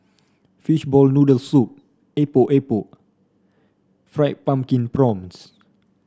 Fishball Noodle Soup Epok Epok Fried Pumpkin Prawns